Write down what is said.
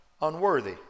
unworthy